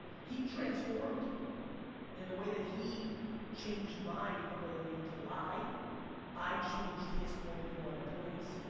he transformed in the way that he changed my ability to lie i changed his point of view on employees.